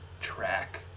track